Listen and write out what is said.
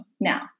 Now